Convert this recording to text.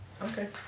Okay